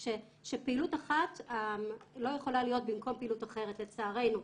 שפעילות אחת לא יכולה להיות במקום פעילות אחרת לצערנו.